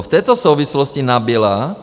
V této souvislosti nabyla...